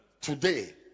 Today